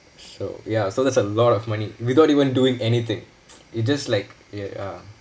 so ya so that's a lot of money without even doing anything it just like ya